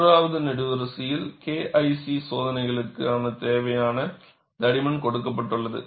மூன்றாவது நெடுவரிசையில் KIC சோதனைகளுக்குத் தேவையான தடிமன் கொடுக்கப்பட்டுள்ளது